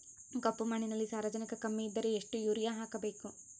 ಕಪ್ಪು ಮಣ್ಣಿನಲ್ಲಿ ಸಾರಜನಕ ಕಮ್ಮಿ ಇದ್ದರೆ ಎಷ್ಟು ಯೂರಿಯಾ ಹಾಕಬೇಕು?